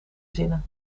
zinnen